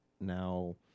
now